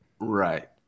Right